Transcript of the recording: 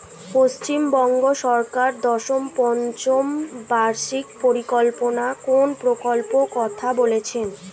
পশ্চিমবঙ্গ সরকার দশম পঞ্চ বার্ষিক পরিকল্পনা কোন প্রকল্প কথা বলেছেন?